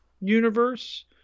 universe